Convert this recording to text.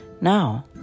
Now